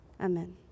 Amen